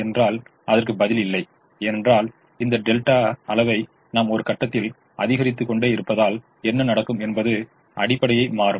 என்றால் அதற்கு பதில் இல்லை ஏனென்றால் இந்த டெல்டா அளவை நாம் ஒரு கட்டத்தில் அதிகரித்துக்கொண்டே இருப்பதால் என்ன நடக்கும் என்பது அடிப்படையம் மாறும்